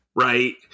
right